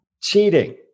Cheating